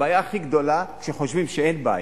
הבעיה הכי גדולה, שחושבים שאין בעיה.